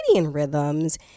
rhythms